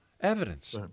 evidence